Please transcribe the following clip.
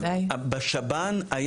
בשב"ן,